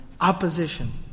opposition